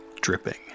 dripping